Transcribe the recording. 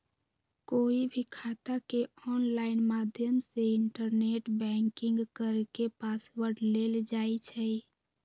कोई भी खाता के ऑनलाइन माध्यम से इन्टरनेट बैंकिंग करके पासवर्ड लेल जाई छई